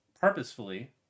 purposefully